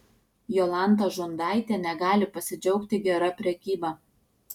jolanta žundaitė negali pasidžiaugti gera prekyba